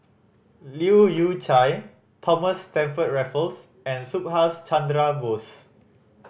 Leu Yew Chye Thomas Stamford Raffles and Subhas Chandra Bose